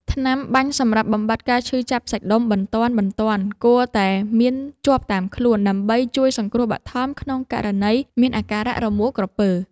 ថ្នាំបាញ់សម្រាប់បំបាត់ការឈឺចាប់សាច់ដុំបន្ទាន់ៗ គួរតែមានជាប់តាមខ្លួន ដើម្បីជួយសង្គ្រោះបឋមក្នុងករណីមានអាការរមួលក្រពើ។